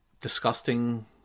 disgusting